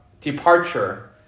departure